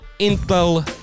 Intel